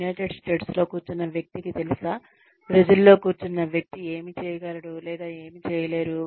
United స్టేట్స్లో కూర్చున్న వ్యక్తికి తెలుసా బ్రెజిల్లో కూర్చున్న వ్యక్తి ఏమి చేయగలడు లేదా ఏమి చేయలేరు